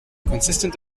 consistent